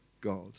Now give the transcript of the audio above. God